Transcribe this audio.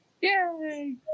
Yay